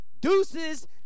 Deuces